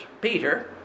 Peter